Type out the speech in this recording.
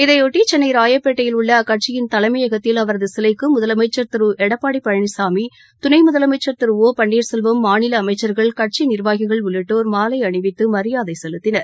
இதையொட்டி சென்னை ராயப்பேட்டையில் உள்ள அக்கட்சியின் தலைமையகத்தில் அவரது சிலைக்கு முதலமைச்சர் திரு எடப்பாடி பழனிசாமி துணை முதலமைச்சர் திரு ஒ பள்ளீர்செல்வம் மாநில அமைச்சர்கள் கட்சி நிர்வாகிகள் உள்ளிட்டோர் மாலை அணிவித்து மரியாதை செலத்தினர்